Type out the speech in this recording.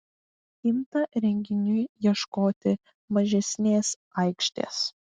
imta renginiui ieškoti mažesnės aikštės